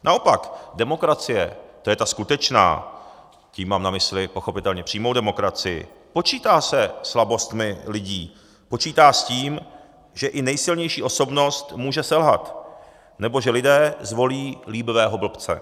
Naopak, demokracie, tedy ta skutečná, tím mám na mysli pochopitelně přímou demokracii, počítá se slabostmi lidí, počítá s tím, že i nejsilnější osobnost může selhat nebo že lidé zvolí líbivého blbce.